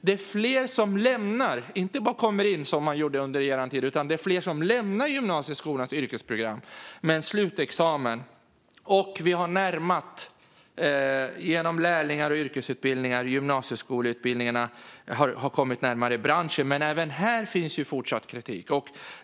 Det är fler som inte bara kommer in på gymnasieskolans yrkesprogram - som man gjorde under er tid, Anna Ekström - utan som även lämnar gymnasieskolans yrkesprogram med en slutexamen. Genom lärlingar och yrkesutbildningar har gymnasieskoleutbildningarna kommit närmare branschen, men även här finns ju fortfarande kritik.